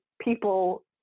people